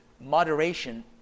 moderation